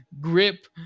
grip